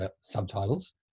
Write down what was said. subtitles